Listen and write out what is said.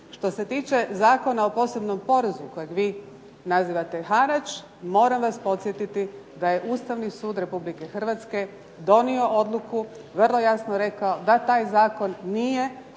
Što se tiče Zakona o posebnom porezu kojega vi nazivate harač, moram vas podsjetiti da je Ustavni sud Republike Hrvatske donio odluku, vrlo jasno rekao da taj zakon nije